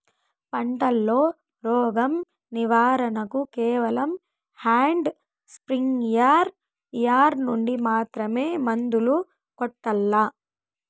పంట లో, రోగం నివారణ కు కేవలం హ్యాండ్ స్ప్రేయార్ యార్ నుండి మాత్రమే మందులు కొట్టల్లా?